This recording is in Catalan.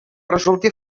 resulti